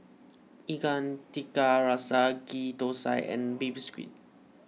Ikan Tiga Rasa Ghee Thosai and Baby Squid